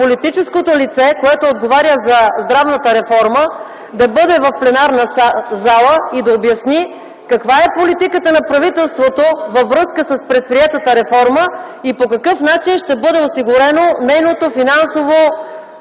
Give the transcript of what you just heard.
политическото лице, което отговаря за здравната реформа, да бъде в пленарната зала и да обясни каква е политиката на правителството във връзка с предприетата реформа и по какъв начин ще бъде осигурено нейното финансово